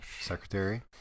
Secretary